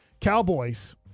Cowboys